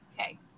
okay